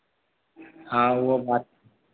हाँ वह बात